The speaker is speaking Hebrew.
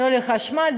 לא לחשמל,